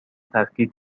تفکیک